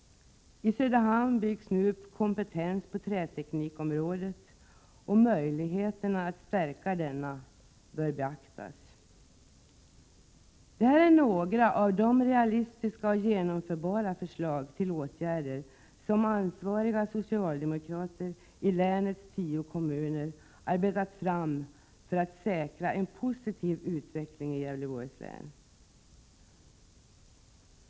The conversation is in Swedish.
I Söderhamn byggs nu upp kompetens på träteknikområdet, och möjligheterna att stärka denna bör beaktas. Det här är några av de realistiska och genomförbara förslag till åtgärder som ansvariga socialdemokrater i länets tio kommuner har arbetat fram för att säkra en positiv utveckling i Gävleborgs län.